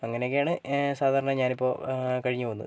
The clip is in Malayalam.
അങ്ങനെയൊക്കെയാണ് സാധാരണ ഞാനിപ്പോൾ കഴിഞ്ഞുപോകുന്നത്